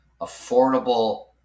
affordable